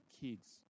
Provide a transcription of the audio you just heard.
kids